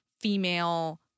female